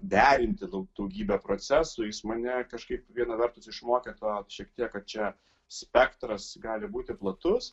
derinti daugybę procesų jis mane kažkaip viena vertus išmokė to šiek tiek kad čia spektras gali būti platus